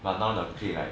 but now the clique like